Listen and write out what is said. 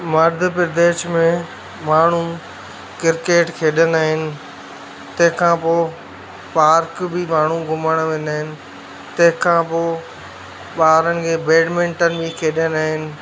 मध्य प्रदेश में माण्हू क्रिकेट खेॾंदा आहिनि तंहिं खां पोइ पार्क बि माण्हू घुमणु वेंदा आहिनि तंहिं खां पोइ ॿारनि खे बैडमिंटन बि खेॾंदा आहिनि